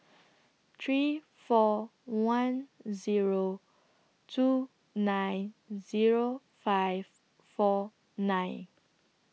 three four one Zero two nine Zero five four nine